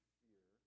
fear